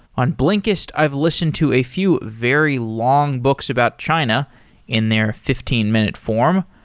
on blinkist, i've lis tened to a few very long books about china in their fifteen minute form.